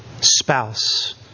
spouse